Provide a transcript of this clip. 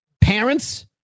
parents